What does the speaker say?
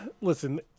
listen